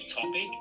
topic